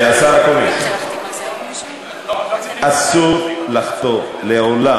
השר אקוניס, אסור לחטוא לעולם